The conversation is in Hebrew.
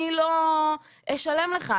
אני לא אשלם לך.